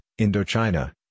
Indochina